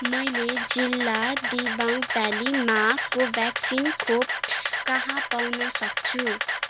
मैले जिल्ला दिवाङ भ्यालीमा कोभ्याक्सिन खोप कहाँ पाउन सक्छु